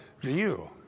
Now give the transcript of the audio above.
view